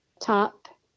top